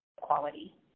quality